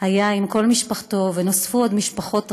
היה עם כל משפחתו, ונוספו עוד משפחות רבות.